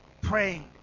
praying